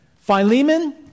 Philemon